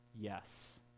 Yes